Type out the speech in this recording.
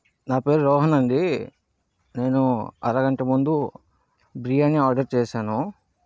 నా పేరు రోహన్ అండి నేను అరగంటముందు బిరియాని ఆర్డర్ చేశాను